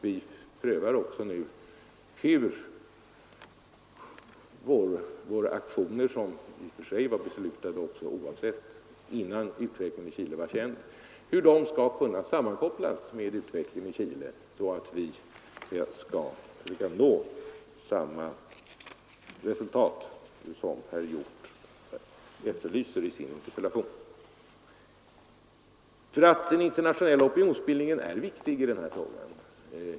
Vi prövar också nu hur våra aktioner i tortyrfrågan, som i och för sig var beslutade innan utvecklingen i Chile var känd, skall kunna sammankopplas med utvecklingen i Chile så att vi når samma resultat som herr Hjorth efterlyser i sin interpellation. Den internationella opinionsbildningen är viktig i den här frågan.